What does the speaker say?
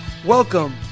Welcome